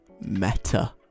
Meta